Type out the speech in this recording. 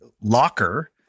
locker